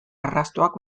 arrastoak